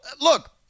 look